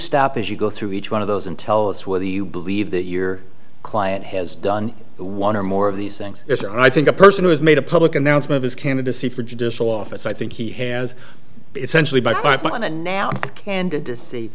stop as you go through each one of those and tell us whether you believe that your client has done one or more of these things and i think a person who has made a public announcement his candidacy for judicial office i think he has essentially by